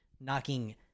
knocking